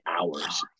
hours